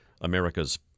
America's